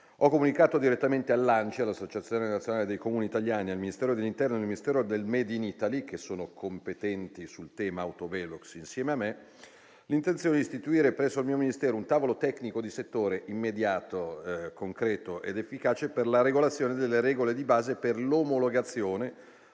ho comunicato direttamente all'ANCI, l'Associazione nazionale dei Comuni italiani, al Ministero dell'interno e al Ministero del *made in Italy*, che sono competenti sul tema autovelox insieme a me, l'intenzione di istituire presso il mio Ministero un tavolo tecnico di settore immediato, concreto ed efficace, per la regolazione delle regole di base per l'omologazione